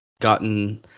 gotten